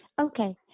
Okay